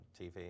TV